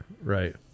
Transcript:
right